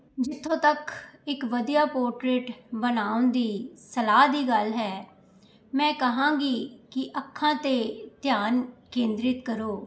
ਜਿੱਥੋਂ ਤੱਕ ਇੱਕ ਵਧੀਆ ਪੋਟਰੇਟ ਬਣਾਉਣ ਦੀ ਸਲਾਹ ਦੀ ਗੱਲ ਹੈ ਮੈਂ ਕਹਾਂਗੀ ਕਿ ਅੱਖਾਂ 'ਤੇ ਧਿਆਨ ਕੇਂਦਰਿਤ ਕਰੋ